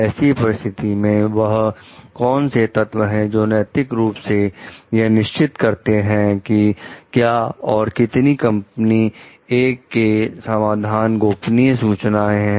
ऐसी परिस्थितियों में वह कौन से तत्व हैं जो नैतिक रूप से यह निश्चित करते हैं कि क्या और कितनी कंपनी "ए" के समाधान गोपनीय सूचना है